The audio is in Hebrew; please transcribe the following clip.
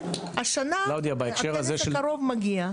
והשנה הכנס הקרוב מגיע.